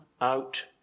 out